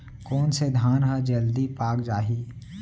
कोन से धान ह जलदी पाक जाही?